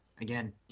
Again